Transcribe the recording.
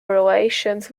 relations